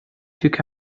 took